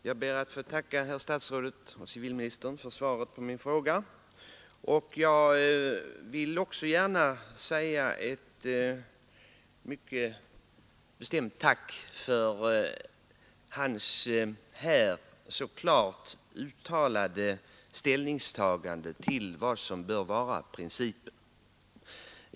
Herr talman! Jag ber att få tacka civilministern för att han svarat på min fråga, och jag vill också gärna uttala ett mycket bestämt tack för civilministerns så klart redovisade ställningstagande till vad som bör vara principen.